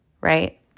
right